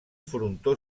frontó